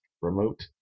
remote